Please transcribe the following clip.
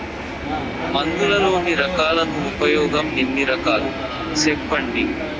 మందులలోని రకాలను ఉపయోగం ఎన్ని రకాలు? సెప్పండి?